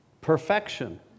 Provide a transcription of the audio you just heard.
Perfection